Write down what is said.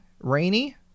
Rainy